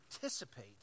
participate